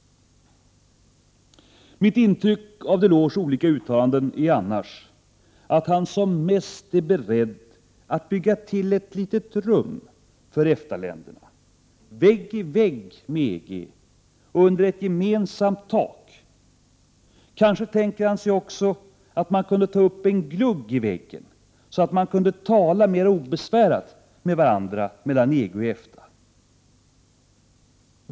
Mitt intryck av Delors olika uttalanden är annars att han som mest är beredd att bygga till ett litet rum för EFTA-länderna, vägg i vägg med EG och under ett gemensamt tak. Kanske tänker han sig också att man kunde ta upp en glugg i väggen, så att man kunde tala mera obesvärat med varanda inom EG och EFTA.